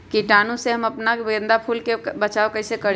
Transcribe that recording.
कीटाणु से हम अपना गेंदा फूल के बचाओ कई से करी?